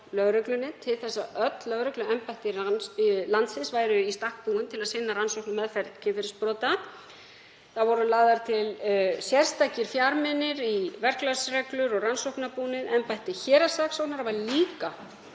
til að öll lögregluembætti landsins væru í stakk búin til að sinna rannsókn og meðferð kynferðisbrota. Lagðir voru til sérstakir fjármunir í verklagsreglur og rannsóknarbúnað. Embætti héraðssaksóknara var líka